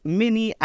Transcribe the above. mini